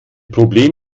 problem